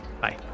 bye